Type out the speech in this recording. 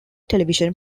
television